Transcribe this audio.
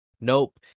nope